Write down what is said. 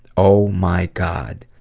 oh my god.